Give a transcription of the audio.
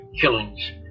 killings